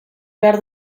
behar